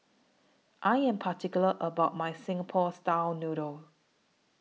I Am particular about My Singapore Style Noodles